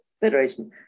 Federation